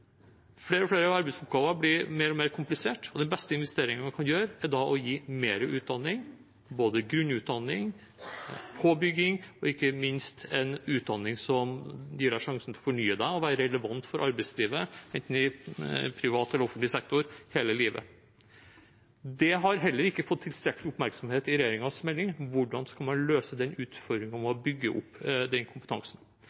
Flere og flere arbeidsoppgaver blir mer og mer kompliserte, og den beste investeringen vi kan gjøre, er å gi mer utdanning, både grunnutdanning, påbygging og – ikke minst – en utdanning som gir en sjansen til å fornye seg og være relevant for arbeidslivet, enten i privat eller offentlig sektor, hele livet. Det har heller ikke fått tilstrekkelig oppmerksomhet i regjeringens melding: Hvordan skal man løse utfordringen med å bygge opp den